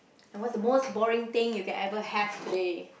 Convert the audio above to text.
and what's the most boring thing you can ever have today